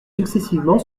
successivement